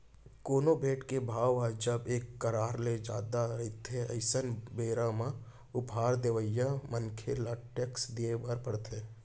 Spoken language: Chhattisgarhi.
कोनो भेंट के भाव ह जब एक करार ले जादा रहिथे अइसन बेरा म उपहार देवइया मनसे ल टेक्स देय बर परथे